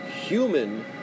human